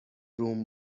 روم